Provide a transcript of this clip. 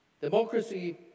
democracy